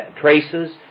traces